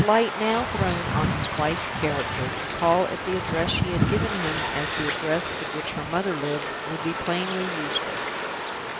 with the light now thrown on his wife's character, to call at the address she had given him as the address at which her mother lived would be plainly useless.